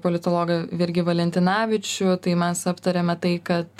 politologą virgį valentinavičių tai mes aptarėme tai kad